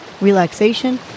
relaxation